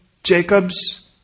Jacob's